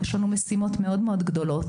יש לנו משימות מאוד גדולות,